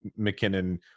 McKinnon